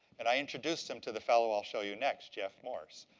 and i introduced him to the fellow i'll show you next, geoff morse.